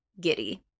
giddy